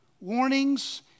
Warnings